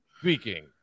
speaking